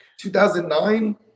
2009